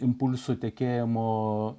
impulsų tekėjimo